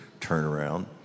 turnaround